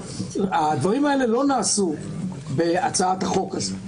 הדברים האלה לא נעשו בהצעת החוק הזאת.